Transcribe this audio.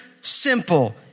simple